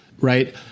right